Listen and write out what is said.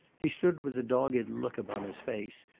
he stood with a dogged look upon his face,